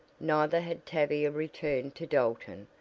neither had tavia returned to dalton.